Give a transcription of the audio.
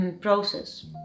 process